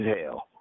hell